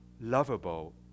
lovable